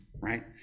right